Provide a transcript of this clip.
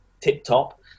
tip-top